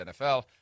NFL